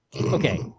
Okay